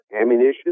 ammunition